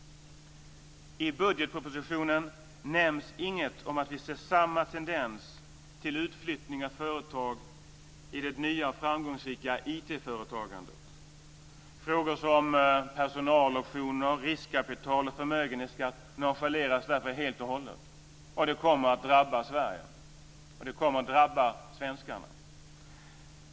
I budgetpropositionen nämns inget om att vi ser samma tendens till utflyttning av företag i det nya och framgångsrika IT-företagandet. Frågor som personaloptioner, riskkapital och förmögenhetsskatt nonchaleras därför helt och hållet. Det kommer att drabba Sverige och svenskarna.